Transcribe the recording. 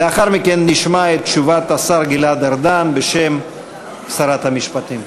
לאחר מכן נשמע את תשובת השר גלעד ארדן בשם שרת המשפטים.